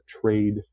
trade